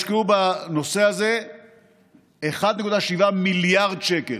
הושקעו בנושא הזה 1.7 מיליארד שקל.